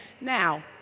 Now